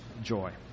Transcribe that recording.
joy